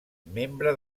membre